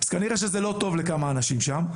אז כנראה שזה לא טוב לכמה אנשים שם.